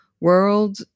world